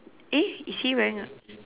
eh is he wearing a